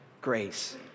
Grace